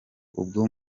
ubwo